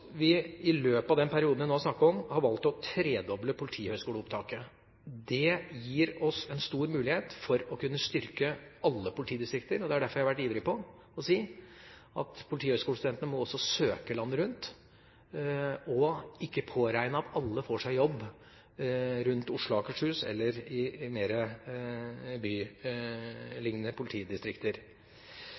vi i løpet av den perioden vi har snakket om, har valgt å tredoble politihøgskoleopptaket. Det gir oss en stor mulighet til å styrke alle politidistrikter. Det er derfor jeg har vært ivrig etter å si at politihøgskolestudentene må søke landet rundt og ikke påregne å få seg jobb i Oslo/Akershus eller i mer bylignende politidistrikter.